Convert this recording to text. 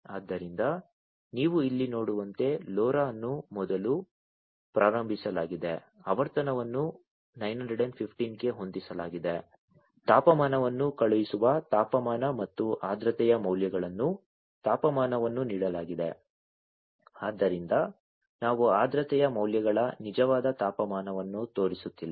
ಆದ್ದರಿಂದ ನೀವು ಇಲ್ಲಿ ನೋಡುವಂತೆ LoRa ಅನ್ನು ಮೊದಲು ಪ್ರಾರಂಭಿಸಲಾಗಿದೆ ಆವರ್ತನವನ್ನು 915 ಕ್ಕೆ ಹೊಂದಿಸಲಾಗಿದೆ ತಾಪಮಾನವನ್ನು ಕಳುಹಿಸುವ ತಾಪಮಾನ ಮತ್ತು ಆರ್ದ್ರತೆಯ ಮೌಲ್ಯಗಳನ್ನು ತಾಪಮಾನವನ್ನು ನೀಡಲಾಗಿದೆ ಆದ್ದರಿಂದ ನಾವು ಆರ್ದ್ರತೆಯ ಮೌಲ್ಯಗಳ ನಿಜವಾದ ತಾಪಮಾನವನ್ನು ತೋರಿಸುತ್ತಿಲ್ಲ